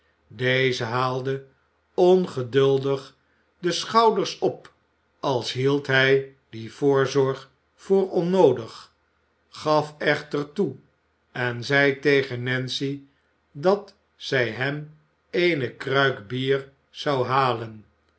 deze haalde ongeduldig de schouders op als hield hij die voorzorg voor onnoodig gaf echter toe en zei tegen nancy dat zij hem eene kruik bier zou halen